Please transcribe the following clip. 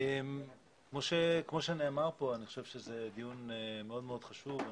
כמו שנאמר כאן, אני חושב שזה דיון מאוד מאוד חשוב.